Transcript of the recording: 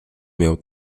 miał